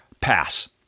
pass